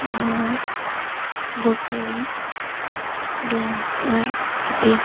ମୁଁ ଗୋଟିଏ ଡ୍ୟାନ୍ସର ହେବି